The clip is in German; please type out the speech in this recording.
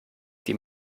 die